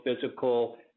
physical